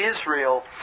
Israel